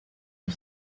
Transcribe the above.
for